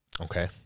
Okay